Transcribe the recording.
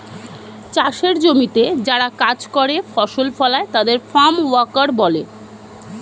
চাষের জমিতে যারা কাজ করে, ফসল ফলায় তাদের ফার্ম ওয়ার্কার বলে